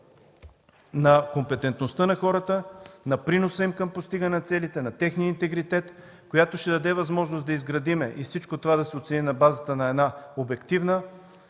на компетентността на хората, на приноса им към постигане на целите, на техния интегритет, която ще даде възможност всичко това да се оцени на базата на една обективна,